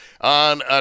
on